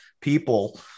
people